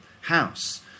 house